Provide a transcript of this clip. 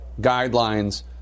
guidelines